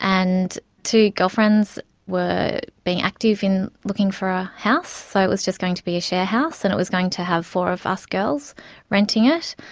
and two girlfriends were being active in looking for our house, so it was just going to be a share house, and it was going to have four of us girls renting it,